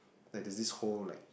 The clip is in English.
that disease hold like